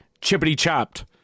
chippity-chopped